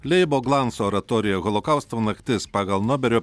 leibo glanso oratorija holokausto naktis pagal nobelio